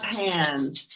hands